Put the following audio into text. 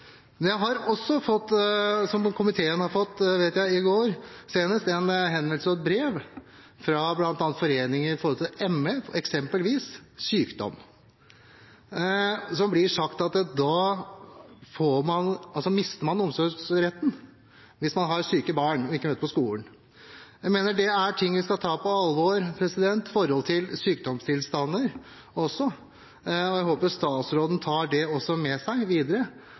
Jeg har også fått – i likhet med komiteen, som så sent som i går fikk det samme, vet jeg – en henvendelse i form av et brev fra bl.a. Norges ME-forening, om eksempelvis sykdom. Der blir det sagt at man mister omsorgsretten hvis man har syke barn som ikke møter på skolen. Det er ting vi skal ta på alvor, forhold rundt sykdomstilstander også. Jeg håper statsråden tar det også med seg videre: